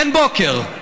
אין בוקר.